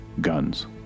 guns